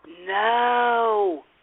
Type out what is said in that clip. No